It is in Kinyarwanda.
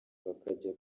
bakajya